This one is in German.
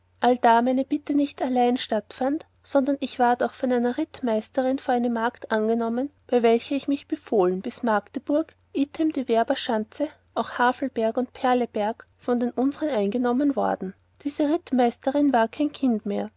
allda meine bitte nicht allein stattfand sondern ich ward auch von einer rittmeisterin vor eine magd angenommen bei welcher ich mich beholfen bis magdeburg item die werberschanze auch havelberg und perleberg von den unsern eingenommen worden diese rittmeisterin war kein kind mehr